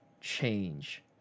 change